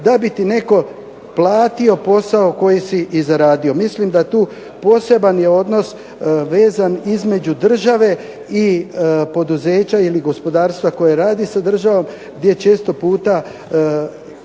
da bi ti netko platio posao koji si i zaradio. Mislim da tu poseban je odnos vezan između države i poduzeća ili gospodarstva koje radi sa državom gdje često puta